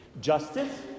Justice